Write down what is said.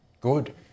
good